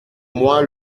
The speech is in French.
moi